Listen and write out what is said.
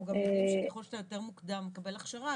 אנחנו גם יודעים שככל שאתה יותר מוקדם מקבל הכשרה,